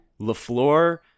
lafleur